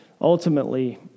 ultimately